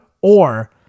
or-